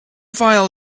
file